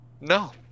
no